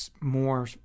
more